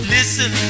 Listen